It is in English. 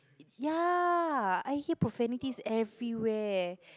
yeah I hear profanities everywhere